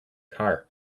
car